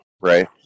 right